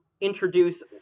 introduce